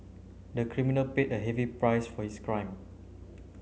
the criminal paid a heavy price for his crime